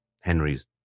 Henry's